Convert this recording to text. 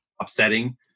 upsetting